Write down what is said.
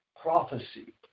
prophecy